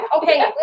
Okay